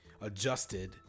adjusted